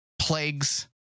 plagues